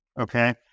okay